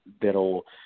that'll